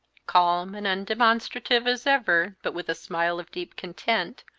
calm and undemonstrative as ever, but with a smile of deep content,